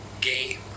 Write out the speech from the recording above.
game